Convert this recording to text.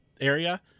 area